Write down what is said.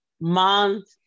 month